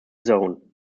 zone